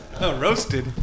Roasted